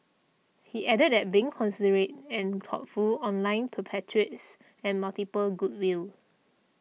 he added that being considerate and thoughtful online perpetuates and multiples goodwill